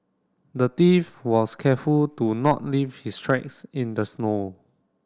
the thief was careful to not leave his tracks in the snow